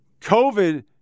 COVID